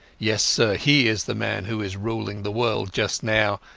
yes, sir, he is the man who is ruling the world just now,